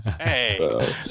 Hey